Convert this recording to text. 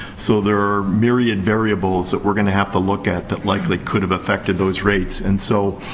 so, there are myriad variables that we're gonna have to look at that likely could have affected those rates. and so,